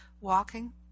walking